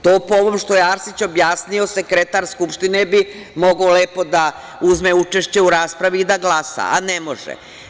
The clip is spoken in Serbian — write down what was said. To, po ovom što je Arsić objasnio, sekretar Skupštine bi mogao lepo da uzme učešće u raspravi i da glasa, a ne može.